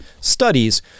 studies